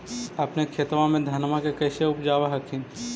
अपने खेतबा मे धन्मा के कैसे उपजाब हखिन?